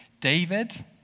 David